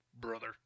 Brother